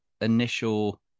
initial